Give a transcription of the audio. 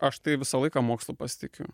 aš tai visą laiką mokslu pasitikiu